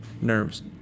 nerves